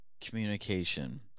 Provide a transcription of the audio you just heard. communication